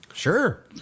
sure